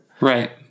Right